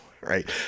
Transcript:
right